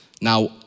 Now